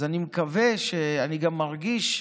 אני מקווה, אני גם מרגיש,